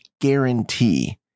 guarantee